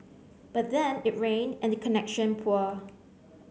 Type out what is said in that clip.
but then it rained and the connection poor